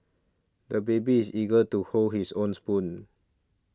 the baby is eager to hold his own spoon